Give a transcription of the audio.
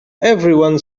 everyone